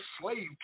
slave